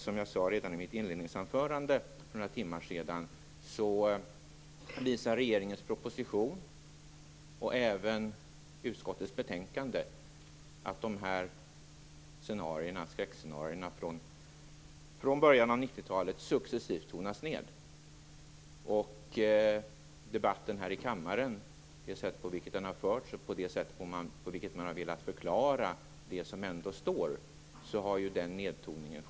Som jag sade redan i mitt inledningsanförande för några timmar sedan visar regeringens proposition och även utskottets betänkande att de här skräckscenarierna från början av 90-talet successivt har tonats ned. Den nedtoningen har sedan fortsatt i debatten här i kammaren i och med det sätt på vilket debatten har förts och hur man har velat förklara det som ändå står i propositionen och i betänkandet.